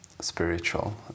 spiritual